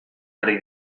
ari